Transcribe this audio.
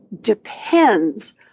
depends